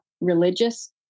religious